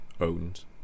owned